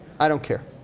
i don't care.